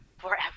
forever